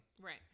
right